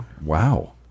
Wow